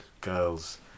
girls